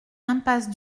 impasse